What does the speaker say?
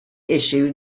issue